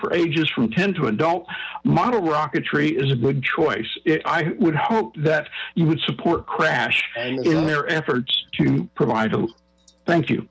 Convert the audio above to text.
for ages from ten to adult model rocketry is a good choice i would hope that you would support crash and their efforts to provide thank you